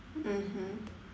mmhmm